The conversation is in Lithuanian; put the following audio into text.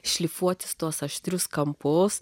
šlifuotis tuos aštrius kampus